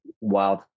wild